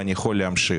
ואני יכול להמשיך.